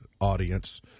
audience